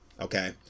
okay